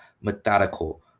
methodical